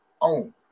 own